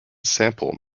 sample